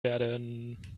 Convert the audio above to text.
werden